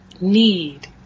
need